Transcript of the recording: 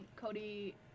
Cody